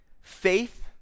Faith